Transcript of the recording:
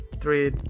three